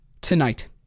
Tonight